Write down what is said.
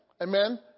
Amen